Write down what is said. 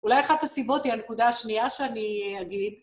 אולי אחת הסיבות היא הנקודה השנייה שאני אגיד.